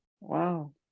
Wow